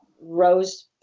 Rose